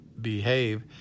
behave